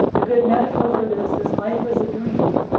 a good metaphor for this is life as a dream,